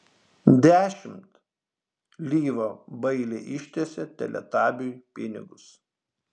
dešimt lyva bailiai ištiesė teletabiui pinigus